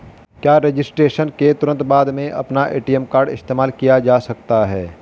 क्या रजिस्ट्रेशन के तुरंत बाद में अपना ए.टी.एम कार्ड इस्तेमाल किया जा सकता है?